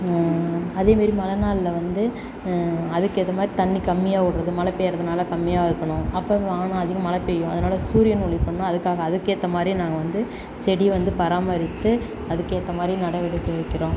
அதேமாரி மழை நாளில் வந்து அதுக்கேற்ற மாதிரி தண்ணி கம்மியாக விட்றது மழைப் பெய்யிறதுனால் கம்மியாக இருக்கணும் அப்போ வந்து வானம் அதிகம் மழை பெய்யும் அதனால் சூரியன் ஒளி படணும் அதுக்காக அதுக்கேற்ற மாதிரி நாங்கள் வந்து செடியை வந்து பராமரித்து அதுக்கேற்ற மாதிரி நடவடிக்கை வைக்கிறோம்